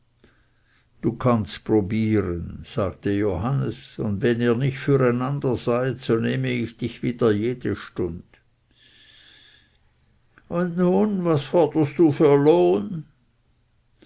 du kannst probieren sagte johannes und wenn ihr nicht für enandere seid so nehm ich dich wieder jede stund und nun was forderst du für lohn